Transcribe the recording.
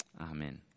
Amen